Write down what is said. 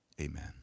Amen